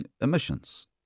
emissions